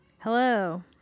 Hello